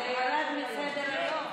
ירד מסדר-היום.